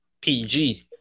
PG